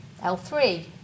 L3